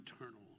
eternal